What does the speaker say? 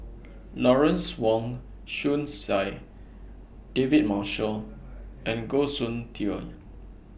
Lawrence Wong Shyun Tsai David Marshall and Goh Soon Tioe